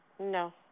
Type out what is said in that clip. No